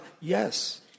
Yes